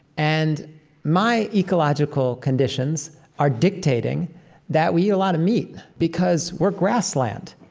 and my ecological conditions are dictating that we eat a lot of meat because we're grassland.